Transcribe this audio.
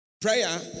Prayer